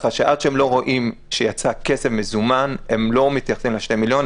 ככה שעד שהם לא רואים שיצא כסף מזומן הם לא מתייחסים ל-2 מיליון,